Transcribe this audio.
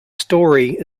story